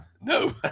No